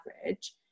average